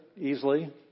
easily